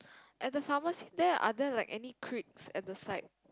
at the pharmacy there are there like any creeks at the side